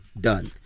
done